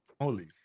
Holy